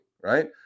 right